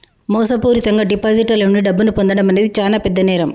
మోసపూరితంగా డిపాజిటర్ల నుండి డబ్బును పొందడం అనేది చానా పెద్ద నేరం